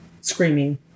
screaming